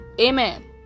amen